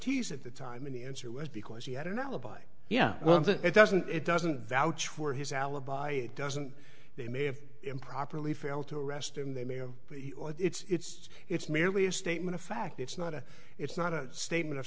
tease at the time any answer was because he had an alibi yeah well it doesn't it doesn't value for his alibi it doesn't they may have improperly failed to arrest him they may have but it's it's merely a statement of fact it's not a it's not a statement of